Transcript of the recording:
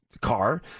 Car